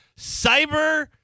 Cyber